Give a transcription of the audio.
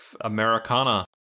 Americana